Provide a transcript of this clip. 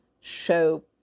show